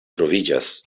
troviĝas